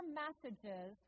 messages